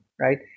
right